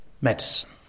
medicine